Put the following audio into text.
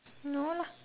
no lah